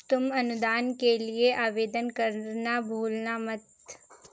तुम अनुदान के लिए आवेदन करना भूलना मत